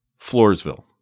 Floorsville